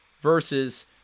versus